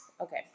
Okay